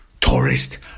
tourist